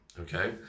Okay